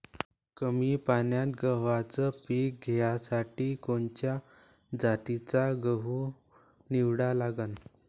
कमी पान्यात गव्हाचं पीक घ्यासाठी कोनच्या जातीचा गहू निवडा लागन?